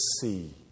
see